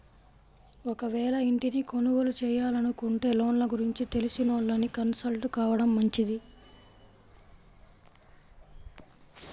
ఒకవేళ ఇంటిని కొనుగోలు చేయాలనుకుంటే లోన్ల గురించి తెలిసినోళ్ళని కన్సల్ట్ కావడం మంచిది